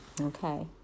okay